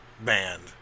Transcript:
band